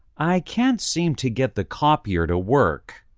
i can't seem to get the copier to work.